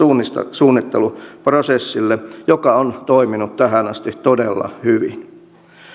suunnitteluprosessille joka on toiminut tähän asti todella hyvin